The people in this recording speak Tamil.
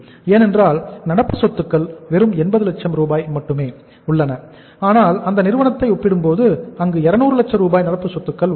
ஏனென்றால் நடப்பு சொத்துக்கள் வெறும் 80 லட்சம் ரூபாய் மட்டுமே உள்ளன ஆனால் அந்த நிறுவனத்தை ஒப்பிடும்போது அங்கு 200 லட்சம் ரூபாய் நடப்பு சொத்துக்கள் உள்ளன